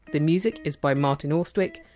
the music is by martin austwick.